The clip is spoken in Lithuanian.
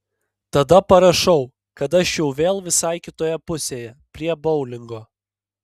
tada parašau kad aš jau vėl visai kitoje pusėje prie boulingo